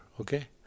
Okay